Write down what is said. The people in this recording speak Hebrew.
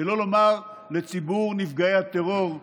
שלא לומר לציבור נפגעי הטרור,